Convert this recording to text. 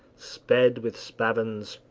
sped with spavins,